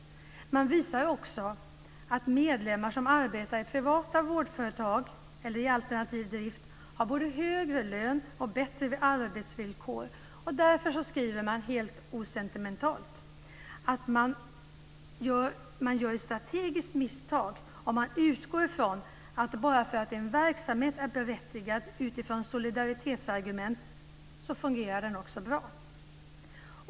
Man visar också att medlemmar som arbetar i privata vårdföretag eller i alternativ drift har både högre lön och bättre arbetsvillkor. Därför skriver man helt osentimentalt: Vi begår ett strategiskt misstag om vi utgår från att bara för att en verksamhet är berättigad utifrån solidaritetsargument fungerar den också bra.